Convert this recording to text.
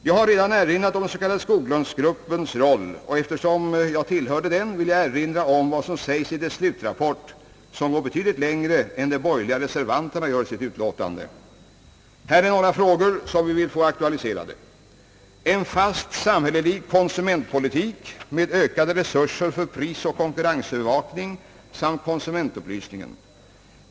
Jag har redan erinrat om den s.k. Skoglunds-gruppens roll, och eftersom jag tillhörde den vill jag erinra om vad som sägs i dess slutrapport, vilken går betydligt längre än de borgerliga reservanterna gör i detta utlåtande. Här är några frågor som vi vill få aktualiserade: En fast samhällelig konsumentpolitik med ökade resurser för prisoch konkurrensövervakning samt konsumentupplysningen.